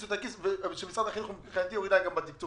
את היד לכיס ומצדי שיוריד להם בתקצוב.